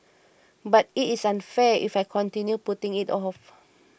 but it is unfair if I continue putting it off